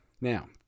Now